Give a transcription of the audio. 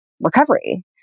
recovery